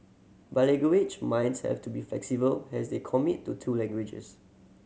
minds have to be flexible has they commit to two languages